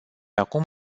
acum